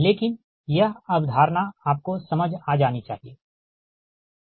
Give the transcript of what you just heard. लेकिन यह अवधारणा आपको समझ आ जानी चाहिए ठीक